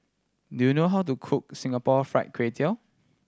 do you know how to cook Singapore Fried Kway Tiao